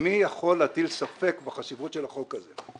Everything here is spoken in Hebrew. מי יכול להטיל ספק בחשיבות של החוק הזה.